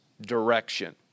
direction